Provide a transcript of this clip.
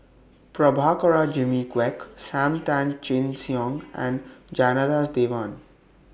Prabhakara Jimmy Quek SAM Tan Chin Siong and Janadas Devan